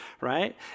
right